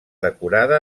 decorada